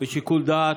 ובשיקול דעת,